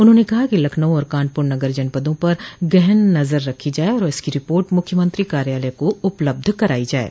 उन्होंने कहा कि लखनऊ और कानपुर नगर जनपदों पर गहन नजर रखी जाये और इसकी रिपोर्ट मुख्यमंत्री कार्यालय को उपलब्ध कराई जाये